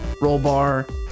rollbar